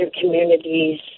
communities